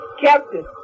Captain